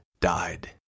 died